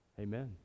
Amen